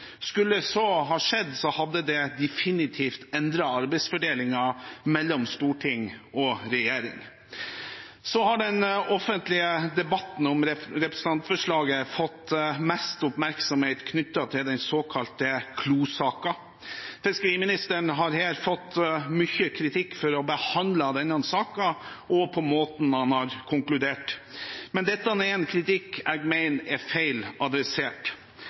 Skulle så ha skjedd, hadde det definitivt endret arbeidsfordelingen mellom storting og regjering. Den offentlige debatten om representantforslaget har fått mest oppmerksomhet knyttet til den såkalte Klo-saken. Fiskeriministeren har her fått mye kritikk for å ha behandlet denne saken og på måten han har konkludert, men dette er en kritikk jeg mener er feil adressert.